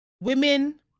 women